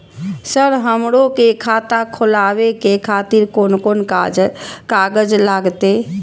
Sir हमरो के खाता खोलावे के खातिर कोन कोन कागज लागते?